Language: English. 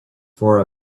for